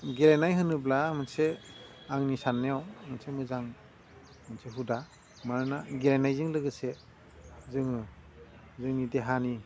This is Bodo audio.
गेलेनाय होनोब्ला मोनसे आंनि साननायाव मोनसे मोजां मोनसेखौ दा मानोना गेलेनायजों लोगोसे जोङो जोंनि देहानि